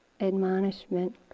admonishment